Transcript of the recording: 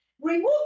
Remove